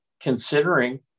considering